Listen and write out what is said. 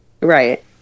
Right